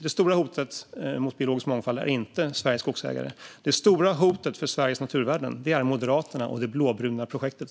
Det stora hotet mot biologisk mångfald är inte Sveriges skogsägare. Det stora hotet för Sveriges naturvärden är Moderaterna och det blåbruna projektet.